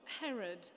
Herod